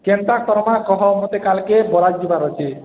କେନ୍ତା କର୍ମା କହ ମୋତେ କାଲ୍କେ ବରାତ୍ ଯିବାର୍ ଅଛି